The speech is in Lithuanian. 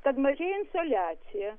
kad mažėja insaliacija